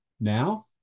Now